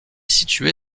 situé